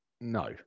no